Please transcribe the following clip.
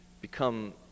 become